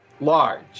large